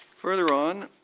further on,